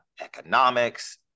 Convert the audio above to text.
economics